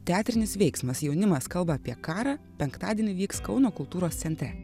teatrinis veiksmas jaunimas kalba apie karą penktadienį vyks kauno kultūros centre